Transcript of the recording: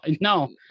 no